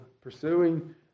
pursuing